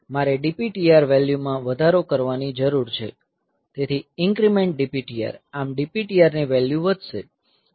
મારે DPTR વેલ્યુમાં વધારો કરવાની જરૂર છે તેથી INC DPTR આમ DPTR ની વેલ્યુ વધશે